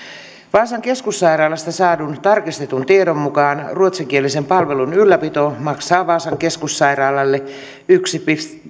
vaasan keskussairaalasta saadun tarkistetun tiedon mukaan ruotsinkielisen palvelun ylläpito maksaa vaasan keskussairaalalle yksi